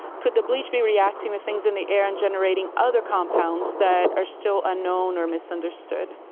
could the bleach be reacting with things in the air and generating other compounds that are still unknown or misunderstood.